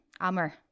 Amr